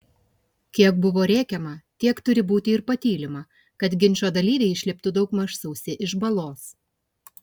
kiek buvo rėkiama tiek turi būti ir patylima kad ginčo dalyviai išliptų daugmaž sausi iš balos